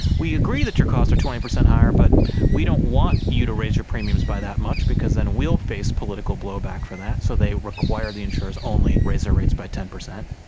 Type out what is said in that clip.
we agree that your costs are twenty percent higher, but we don't want you to raise your premiums by that much because then we will face political blowback for that, so they require the insurers only raise their rates by ten percent.